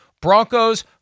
Broncos